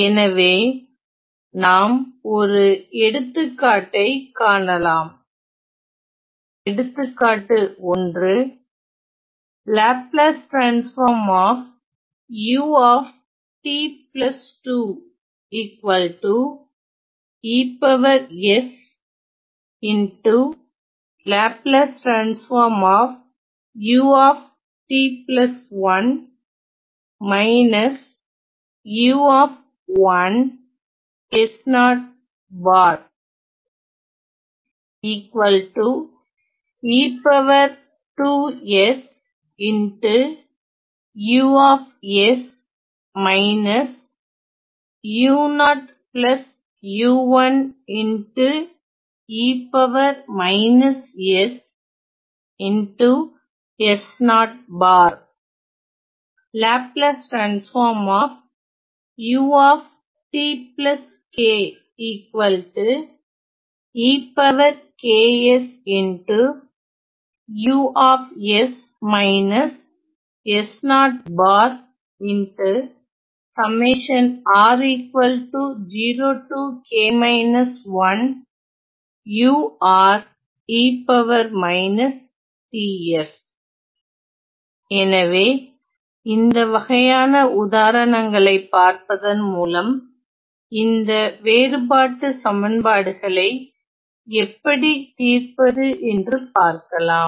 எனவே நாம் ஒரு எடுத்துக்காட்டை காணலாம் எடுத்துக்காட்டு 1 எனவே இந்த வகையான உதாரணங்களை பார்ப்பதன் மூலம் இந்த வேறுபட்டு சமன்பாடுகளை எப்படி தீர்ப்பது என்று பார்க்கலாம்